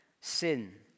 sin